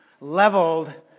leveled